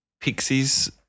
Pixies